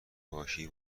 باشی